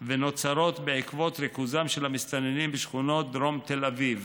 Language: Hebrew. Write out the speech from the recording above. ונוצרות בעקבות ריכוזם של המסתננים בשכונות דרום תל אביב,